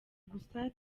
gusa